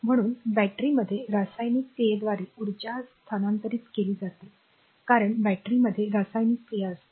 म्हणून बॅटरीमध्ये रासायनिक क्रियेद्वारे उर्जा स्थानांतरित केली जाते कारण बॅटरीमध्ये रासायनिक क्रिया असते